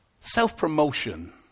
self-promotion